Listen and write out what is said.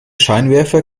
scheinwerfer